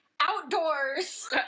Outdoors